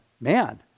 man